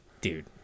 Dude